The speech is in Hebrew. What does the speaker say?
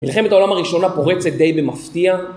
מלחמת העולם הראשונה פורצת די במפתיע.